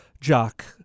Jock